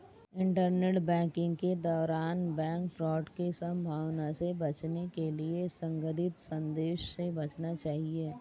internet banking के दौरान bank fraud की संभावना से बचने के लिए संदिग्ध संदेशों से बचना चाहिए